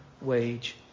wage